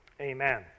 amen